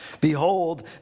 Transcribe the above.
Behold